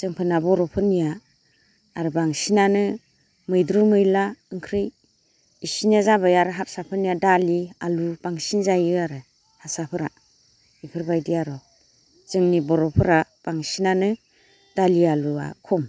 जोंफोरना बर'फोरनिया आरो बांसिनानो मैद्रु मैला ओंख्रि इसिनिया जाबाय आरो हासराफोरनिया दालि आलु बांसिन जायो आरो हारसाफोरा इफोरबायदि आरो जोंनि बर'फोरा बांसिनानो दालि आलुआ खम